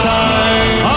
time